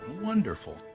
Wonderful